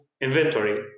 inventory